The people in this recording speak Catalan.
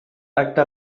acta